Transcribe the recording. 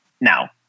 Now